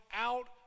out